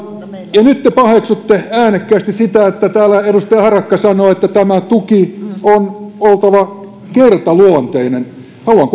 ja nyt te paheksutte äänekkäästi sitä että täällä edustaja harakka sanoo että tämän tuen on oltava kertaluonteinen haluan